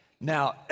Now